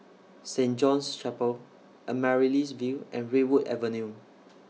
Saint John's Chapel Amaryllis Ville and Redwood Avenue